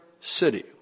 city